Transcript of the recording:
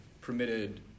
permitted